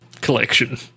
collection